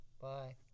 Bye